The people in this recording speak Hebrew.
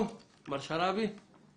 "שימונה על ידי